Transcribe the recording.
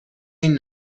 این